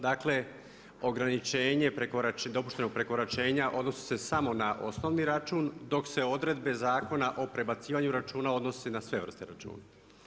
Dakle, ograničenje dopuštenog prekoračenja odnosi se samo na osnovni račun dok se odredbe Zakona o prebacivanju računa odnose na sve vrste računa.